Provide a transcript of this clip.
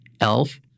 Elf